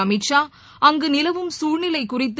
Amit Shah அங்குநிலவும் குழ்நிலைகுறித்து